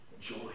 joy